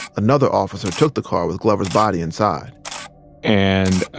another officer took the car with glover's body inside and